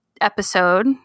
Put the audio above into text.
episode